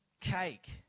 cake